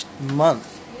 month